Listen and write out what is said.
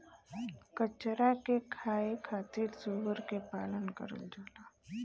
कचरा के खाए खातिर सूअर के पालन करल जाला